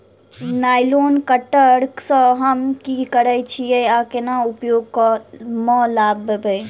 Nylon cutter सँ हम की करै छीयै आ केना उपयोग म लाबबै?